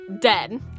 dead